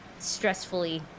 stressfully